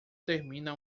termina